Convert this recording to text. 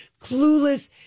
clueless